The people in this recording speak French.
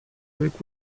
avec